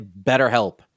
BetterHelp